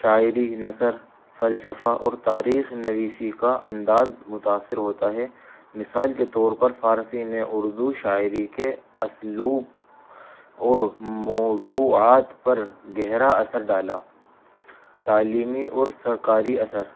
شاعری نثر فلسفہ اور تاریخ نویسی کا انداز متاثر ہوتا ہے مثال کے طور پر فارسی نے اردو شاعری کے اصلوب اور موضوعات پر گہرا اثر ڈالا تعلیمی اور سرکاری اثر